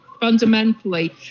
Fundamentally